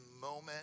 moment